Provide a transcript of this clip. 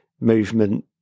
movement